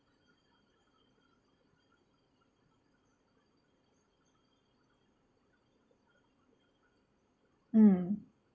mm